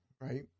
right